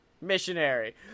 missionary